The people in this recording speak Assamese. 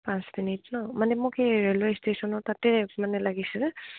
পাঁচ মিনিট ন মানে মোক এই ৰেলৱে ষ্টেশ্যনৰ তাতে মানে লাগিছিলে